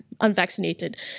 unvaccinated